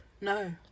No